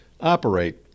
operate